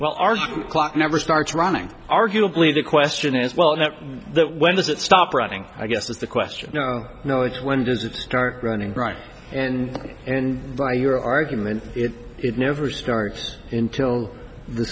well our clock never starts running arguably the question is well that that when does it stop running i guess is the question you know when does it start running right and and by your argument it never starts in till the